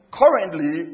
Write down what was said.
currently